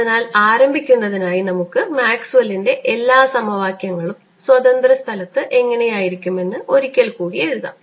അതിനാൽ ആരംഭിക്കുന്നതിനായി നമുക്ക് മാക്സ്വെല്ലിന്റെ എല്ലാ സമവാക്യങ്ങളും സ്വതന്ത്ര സ്ഥലത്ത് എങ്ങനെയായിരിക്കുമെന്ന് ഒരിക്കൽ കൂടി എഴുതാം